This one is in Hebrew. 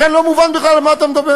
לכן לא מובן בכלל על מה אתה מדבר.